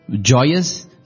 joyous